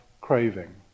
craving